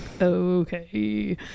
Okay